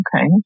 Okay